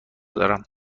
دارم